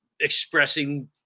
expressing